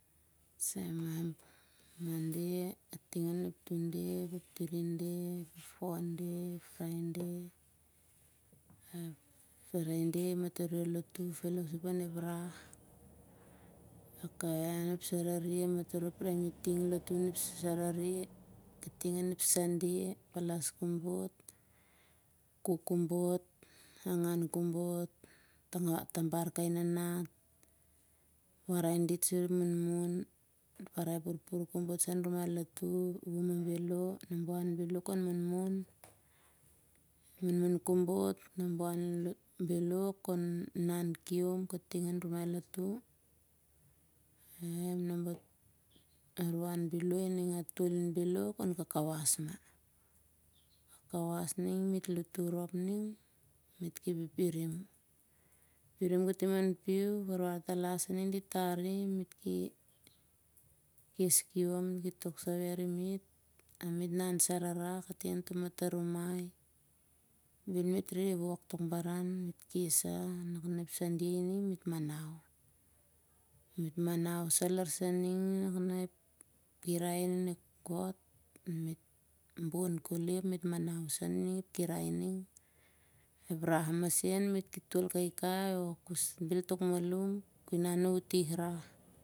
Mande kating on ep tunde ap ep trinde ep fonde fride. fride matoh re lotu on ep rah, ep sarare matoh re pray miting kating on ep sunde palas kobot kuk kobot angan kobot tabar kai nanat warai dit sur ep munmun, parai purpur kobot sai han rumai lotu, nambawan belo kon mumun kobot. aruan belo kon inan kiom kating ian rumai lotu, atolin belo kon kakawas mah. kakawas ning met lotu rop ning met ki pipirim. pipirim katim an piu, ep warwar talas e sening dit tari. met ki kes kiom dit ki toksave arim met. met han sarara kating on toh mata rumai. bel met re wok tok baran met kes sah. ep sunde met manau. sah. met bon koli ap met manau sah. ep rah masen met ki tol kaikai